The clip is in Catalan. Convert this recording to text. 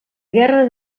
guerra